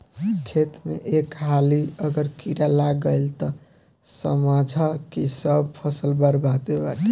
खेत में एक हाली अगर कीड़ा लाग गईल तअ समझअ की सब फसल बरबादे बाटे